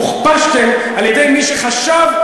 הוכפשתם על-ידי מי שחשב,